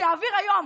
שיעביר היום